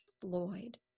Floyd